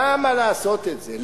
למה לעשות את זה?